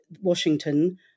Washington